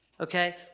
okay